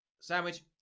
Sandwich